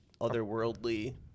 otherworldly